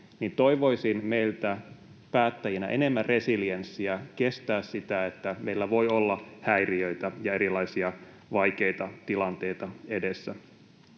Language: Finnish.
toivoisin meiltä päättäjinä enemmän resilienssiä kestää sitä, että meillä voi olla häiriöitä ja erilaisia vaikeita tilanteita edessä.